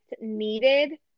needed